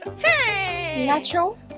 Natural